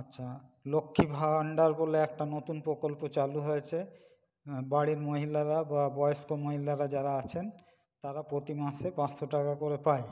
আচ্ছা লক্ষ্মী ভাণ্ডার বলে একটা নতুন প্রকল্প চালু হয়েছে বাড়ির মহিলারা বা বয়স্ক মহিলারা যারা আছেন তারা প্রতি মাসে পাঁচশো টাকা করে পায়